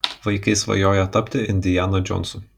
vaikai svajoja tapti indiana džonsu